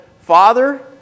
Father